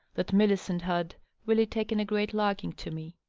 that millicent had really taken a great liking to me.